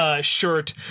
shirt